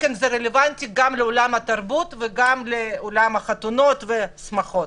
זה רלוונטי גם לעולם התרבות וגם לעולם החתונות והשמחות,